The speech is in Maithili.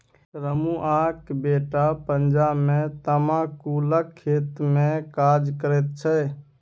रमुआक बेटा पंजाब मे तमाकुलक खेतमे काज करैत छै